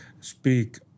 Speak